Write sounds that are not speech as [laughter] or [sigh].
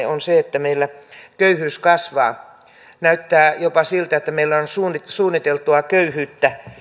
[unintelligible] on se että meillä köyhyys kasvaa näyttää jopa siltä että meillä on suunniteltua suunniteltua köyhyyttä